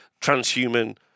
transhuman